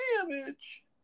damage